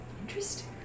Interesting